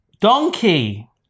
Donkey